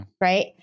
Right